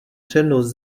přednost